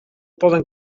poden